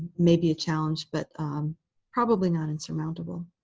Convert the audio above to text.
maybe a challenge, but probably not insurmountable.